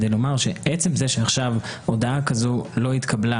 כדי לומר שעצם זה שעכשיו הודעה כזו לא התקבלה,